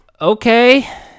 Okay